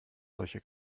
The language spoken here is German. solche